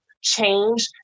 change